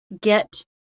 get